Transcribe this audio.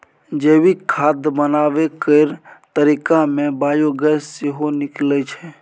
जैविक खाद बनाबै केर तरीका मे बायोगैस सेहो निकलै छै